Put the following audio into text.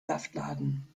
saftladen